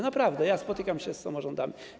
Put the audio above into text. Naprawdę spotykam się z samorządami.